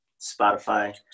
Spotify